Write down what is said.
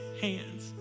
hands